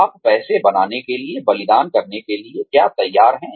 आप पैसे बनाने के लिए बलिदान करने के लिए क्या तैयार हैं